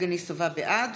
בעד